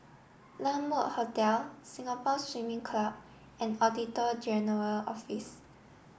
La Mode Hotel Singapore Swimming Club and Auditor General's Office